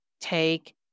take